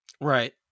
Right